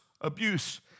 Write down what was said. abuse